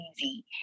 easy